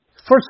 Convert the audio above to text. First